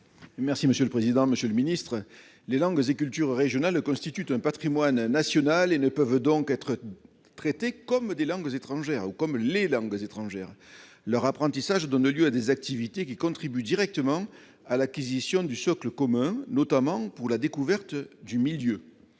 présenter l'amendement n° 67 rectifié . Les langues et cultures régionales constituent un patrimoine national et ne peuvent donc être traitées comme les langues étrangères. Leur apprentissage donne lieu à des activités qui contribuent directement à l'acquisition du socle commun, notamment pour la découverte du milieu.